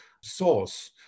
source